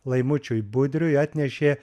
laimučiui budriui atnešė